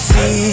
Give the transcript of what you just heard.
See